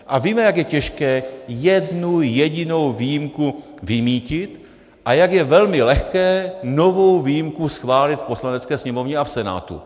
A víme, jak je těžké jednu jedinou výjimku vymýtit a jak je velmi lehké novou výjimku schválit v Poslanecké sněmovně a v Senátu.